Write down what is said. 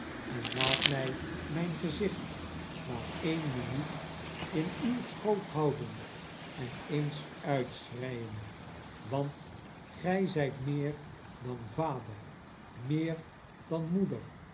en laat my mp gezicht maar eene minuut in uw schoot houden en eens uitschreien want y zijt meer dan vader meer dan moeder